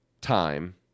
time